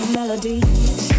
melodies